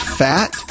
fat